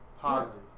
Positive